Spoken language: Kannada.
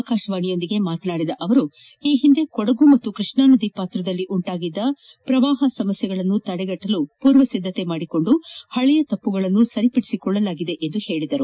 ಆಕಾಶವಾಣಿಯೊಂದಿಗೆ ಮಾತನಾಡಿದ ಅವರು ಈ ಹಿಂದೆ ಕೊಡಗು ಮತ್ತು ಕೃಷ್ಣಾನದಿಯ ಪಾತ್ರದಲ್ಲಿ ಉಂಟಾಗಿದ್ದ ಪ್ರವಾಹದ ಸಮಸ್ಥೆಗಳನ್ನು ತಡೆಗಟ್ಟಲು ಪೂರ್ವಸಿದ್ದತೆ ಮಾಡಿಕೊಂಡು ಹಳೆಯ ತಪ್ಪುಗಳನ್ನು ಸರಿಪಡಿಸಿಕೊಳ್ಳಲಾಗಿದೆ ಎಂದರು